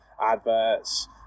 adverts